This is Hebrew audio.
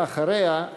אחריה,